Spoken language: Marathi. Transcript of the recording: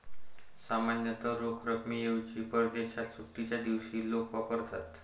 सामान्यतः रोख रकमेऐवजी परदेशात सुट्टीच्या दिवशी लोक वापरतात